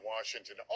Washington